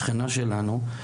השכנה שלנו.